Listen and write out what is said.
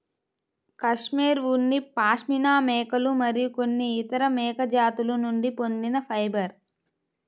cashmere ఉన్ని పాష్మినా మేకలు మరియు కొన్ని ఇతర మేక జాతుల నుండి పొందిన ఫైబర్